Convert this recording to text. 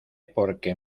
porque